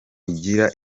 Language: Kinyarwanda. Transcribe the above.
igira